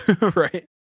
Right